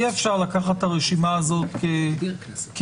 אי-אפשר לקחת את הרשימה הזאת כנתון,